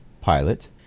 pilot